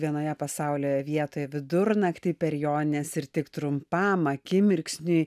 vienoje pasaulio vietoje vidurnaktį per jonines ir tik trumpam akimirksniui